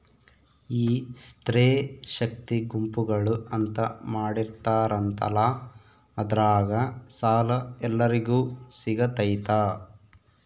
ಈ ಸ್ತ್ರೇ ಶಕ್ತಿ ಗುಂಪುಗಳು ಅಂತ ಮಾಡಿರ್ತಾರಂತಲ ಅದ್ರಾಗ ಸಾಲ ಎಲ್ಲರಿಗೂ ಸಿಗತೈತಾ?